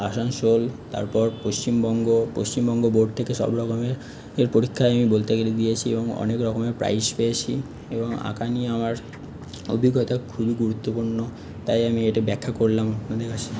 আসানসোল তারপর পশ্চিমবঙ্গ পশ্চিমবঙ্গ বোর্ড থেকে সব রকমের পরীক্ষাই আমি বলতে গেলে আমি দিয়েছি এবং অনেক রকমের প্রাইজ পেয়েছি এবং আঁকা নিয়ে আমার অভিজ্ঞতা খুবই গুরুত্বপূর্ণ তাই এটা আমি ব্যাখ্যা করলাম আপনাদের কাছে